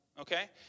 okay